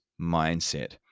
mindset